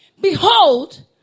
Behold